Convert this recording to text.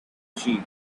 sheep